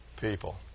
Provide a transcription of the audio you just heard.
people